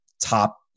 top